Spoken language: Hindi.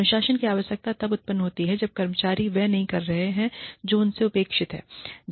अनुशासन की आवश्यकता तब उत्पन्न होती है जब कर्मचारी वह नहीं कर रहे हैं जो उनसे अपेक्षित है